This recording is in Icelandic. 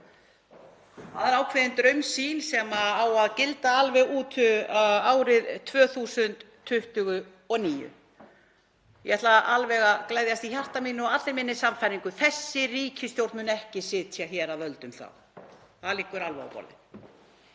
það er ákveðin draumsýn sem á að gilda alveg út árið 2029. Ég ætla að gleðjast í hjarta mínu og segi af allri minni sannfæringu: Þessi ríkisstjórn mun ekki sitja hér að völdum þá, það liggur alveg á borðinu.